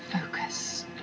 Focus